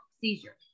seizure